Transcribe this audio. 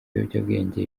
ibiyobyabwenge